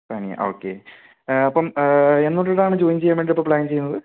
Sania okay അപ്പം എന്ന് തൊട്ടാണ് ജോയിൻ ചെയ്യാൻ വേണ്ടി ഇപ്പം പ്ലാൻ ചെയ്യുന്നത്